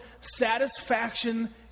satisfaction